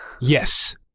yes